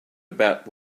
about